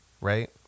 right